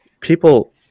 people